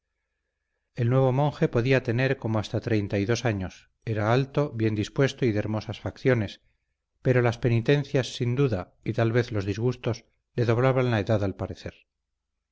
el nuevo monje podía tener como hasta treinta y dos años era alto bien dispuesto y de hermosas facciones pero las penitencias sin duda y tal vez los disgustos le doblaban la edad al parecer